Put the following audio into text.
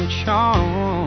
charm